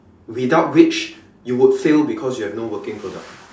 without which you would fail because you have no working product